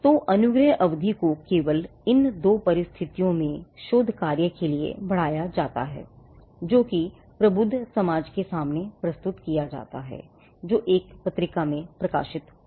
तो अनुग्रह अवधि को केवल इन दो परिस्थितियों में शोध कार्य के लिए बढ़ाया जा सकता है जो कि प्रबुद्ध समाज के सामने प्रस्तुत किया जाता है या जो एक पत्रिका में प्रकाशित होता है